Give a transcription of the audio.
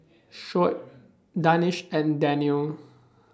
Shoaib Danish and Daniel